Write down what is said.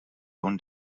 own